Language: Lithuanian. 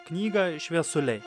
knygą šviesuliai